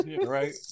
right